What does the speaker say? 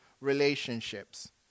relationships